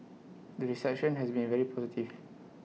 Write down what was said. the reception has been very positive